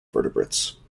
vertebrates